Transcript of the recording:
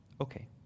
Okay